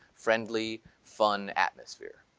friendly, fun atmosphere.